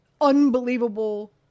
unbelievable